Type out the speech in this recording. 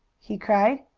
he cried,